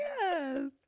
Yes